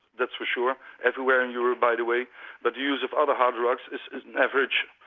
that's for sure everywhere in europe, by the way. but the use of other hard drugs is is average.